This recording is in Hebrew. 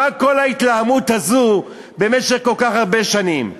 מה כל ההתלהמות הזו במשך כל כך הרבה שנים?